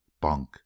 Bunk